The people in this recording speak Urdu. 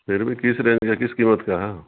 پھر بھی کس رینج کا کس کیمت کا ہے